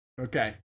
Okay